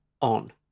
on